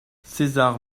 césar